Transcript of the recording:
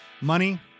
money